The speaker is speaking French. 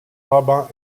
rabbin